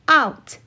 out